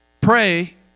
pray